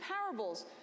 parables